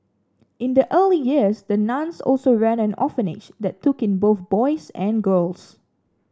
in the early years the nuns also ran an orphanage that took in both boys and girls